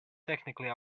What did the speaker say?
technically